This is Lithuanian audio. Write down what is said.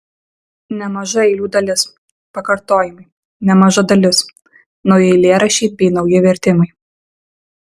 nemaža eilių dalis pakartojimai nemaža dalis nauji eilėraščiai bei nauji vertimai